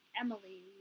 Emily